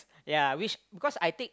ya which because I take